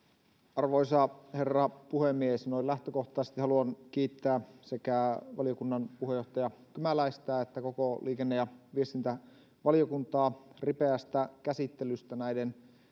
arvoisa herra puhemies noin lähtökohtaisesti haluan kiittää sekä valiokunnan puheenjohtaja kymäläistä että koko liikenne ja viestintävaliokuntaa ripeästä käsittelystä näiden